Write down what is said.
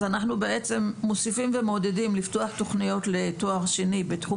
אנחנו מוסיפים ומעודדים לפתוח תכניות לתואר שני בתחום